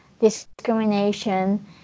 discrimination